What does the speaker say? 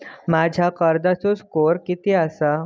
माझ्या कर्जाचो स्कोअर किती आसा?